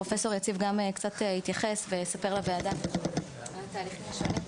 פרופ' יציב יתייחס לזה ויספר לוועדה על התהליכים השונים.